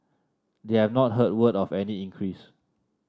they have not heard word of any increase